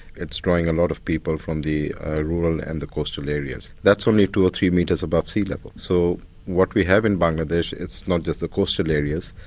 it's drawing a lot of people from the rural and the coastal areas. that's only two or three metres above sea level, so what we have in bangladesh, it's not just the coastal areas,